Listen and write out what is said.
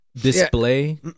display